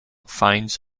finds